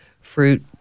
fruit